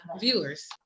viewers